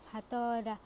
ହାତ